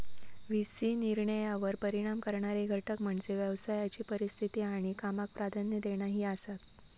V C निर्णयांवर परिणाम करणारे घटक म्हणजे व्यवसायाची परिस्थिती आणि कामाक प्राधान्य देणा ही आसात